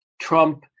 Trump